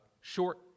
short